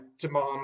demand